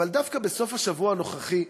אבל דווקא בסוף השבוע הנוכחי,